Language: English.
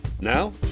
Now